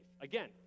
Again